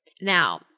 Now